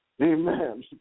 Amen